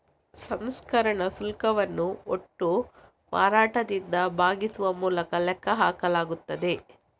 ಸಂಸ್ಕರಣಾ ಶುಲ್ಕವನ್ನು ಒಟ್ಟು ಮಾರಾಟದಿಂದ ಭಾಗಿಸುವ ಮೂಲಕ ಲೆಕ್ಕ ಹಾಕಲಾಗುತ್ತದೆ